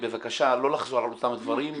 בבקשה, לא לחזור על אותם דברים.